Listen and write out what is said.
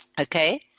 Okay